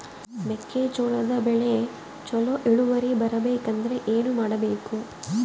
ಮೆಕ್ಕೆಜೋಳದ ಬೆಳೆ ಚೊಲೊ ಇಳುವರಿ ಬರಬೇಕಂದ್ರೆ ಏನು ಮಾಡಬೇಕು?